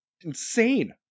insane